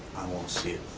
i won't see it.